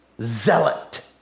zealot